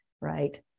right